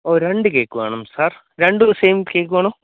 ഓ രണ്ട് കേക്ക് വേണം സാര് രണ്ടും സെയിം കേക്ക് വേണോ